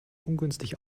ungünstig